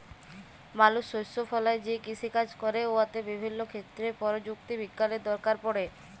মালুস শস্য ফলাঁয় যে কিষিকাজ ক্যরে উয়াতে বিভিল্য ক্ষেত্রে পরযুক্তি বিজ্ঞালের দরকার পড়ে